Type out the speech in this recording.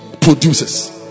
produces